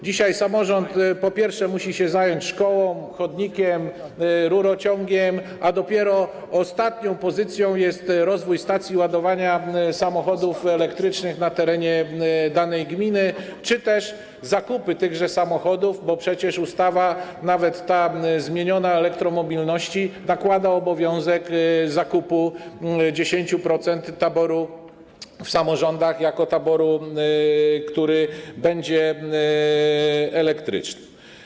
Dzisiaj samorząd przede wszystkim musi się zająć szkołą, chodnikiem, rurociągiem, a dopiero ostatnią pozycją jest rozwój stacji ładowania samochodów elektrycznych na terenie danej gminy, czy też zakup tychże samochodów, bo przecież ustawa o elektromobilności, nawet ta zmieniona, nakłada obowiązek zakupu 10% taboru w samorządach jako taboru, który będzie elektryczny.